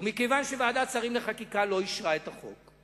ומכיוון שוועדת השרים לחקיקה לא אישרה את החוק,